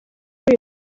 muri